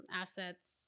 assets